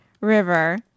River